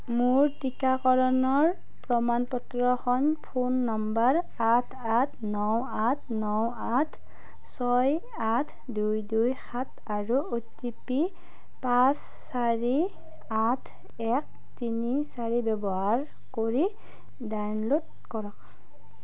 মোৰ টীকাকৰণৰ প্ৰমাণপত্ৰখন ফোন নম্বৰ আঠ আঠ ন আঠ ন আঠ ছয় আঠ দুই দুই সাত আৰু অ' টি পি পাঁচ চাৰি আঠ এক তিনি চাৰি ব্যৱহাৰ কৰি ডাউনলোড কৰক